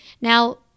Now